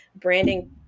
branding